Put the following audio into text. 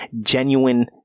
genuine